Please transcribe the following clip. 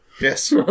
Yes